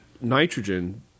nitrogen